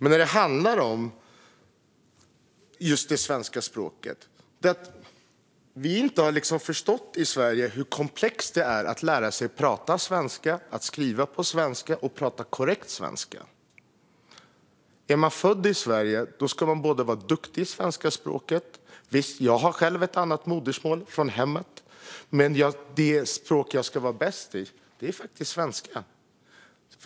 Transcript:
När det gäller det svenska språket har vi i Sverige inte förstått hur komplext det är att lära sig att prata korrekt svenska och att skriva på svenska. Är man född i Sverige ska man vara duktig i svenska språket. Jag har själv ett annat modersmål från hemmet, men det språk jag ska vara bäst på är faktiskt svenska.